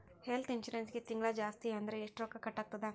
ಹೆಲ್ತ್ಇನ್ಸುರೆನ್ಸಿಗೆ ತಿಂಗ್ಳಾ ಜಾಸ್ತಿ ಅಂದ್ರ ಎಷ್ಟ್ ರೊಕ್ಕಾ ಕಟಾಗ್ತದ?